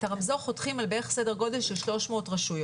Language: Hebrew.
את הרמזור אנחנו חותכים על בערך סדר גודל של 300 רשויות,